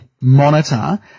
monitor